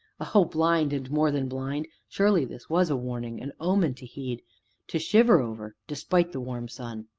o blind, and more than blind! surely this was a warning, an omen to heed to shiver over, despite the warm sun!